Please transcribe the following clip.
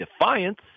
defiance